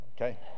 Okay